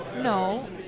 No